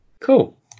cool